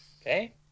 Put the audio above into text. okay